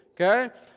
Okay